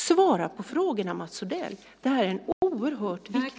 Svara på frågorna, Mats Odell, för det här är oerhört viktigt!